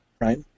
right